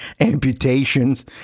amputations